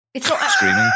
Screaming